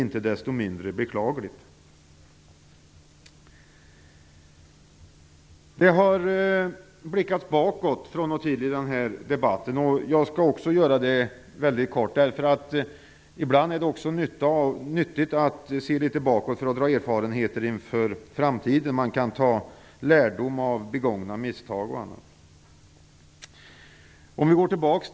Inte desto mindre är det beklagligt. Det har från och till i debatten blickats bakåt. Jag skall också göra det, mycket kort. Ibland är det nyttigt att se bakåt och dra erfarenheter inför framtiden. Man kan dra lärdom av misstag som begåtts.